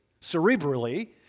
cerebrally